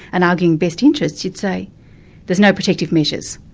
and arguing best interests, you'd say there's no protective measures.